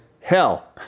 Hell